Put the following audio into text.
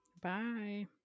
Bye